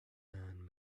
man